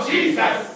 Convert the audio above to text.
Jesus